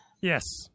yes